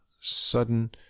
sudden